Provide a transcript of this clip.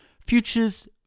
futures